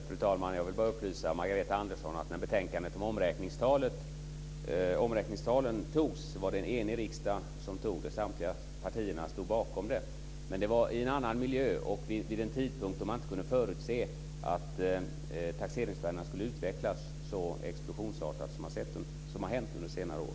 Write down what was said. Fru talman! Jag vill bara upplysa Margareta Andersson om att när betänkandet om omräkningstalen behandlades var det en enig riksdag som fattade beslut. Samtliga partier stod bakom det. Men det var i en annan miljö och vid en tidpunkt då man inte kunde förutse att taxeringsvärdena skulle utvecklas så explosionsartat som de har gjort under senare år.